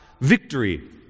victory